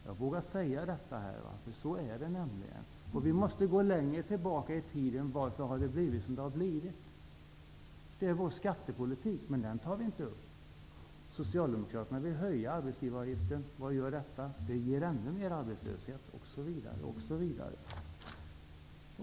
Jag vågar säga det, för så är det. Vi måste gå längre tillbaka i tiden för att få reda på varför det har blivit som det har blivit. Det gäller vår skattepolitik, något som man inte brukar ta upp. Socialdemokraterna vill höja arbetsgivaravgiften, vilket ger ännu mer arbetslöshet, osv.